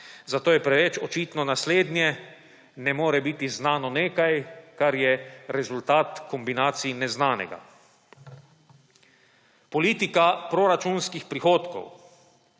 Zato je preveč očitno naslednje, da ne more biti znano nekaj, kar je rezultat kombinacij neznanega. Politika proračunskih prihodkov.